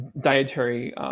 dietary